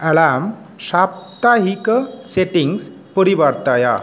alarm सप्ताहिक settings परिवर्तय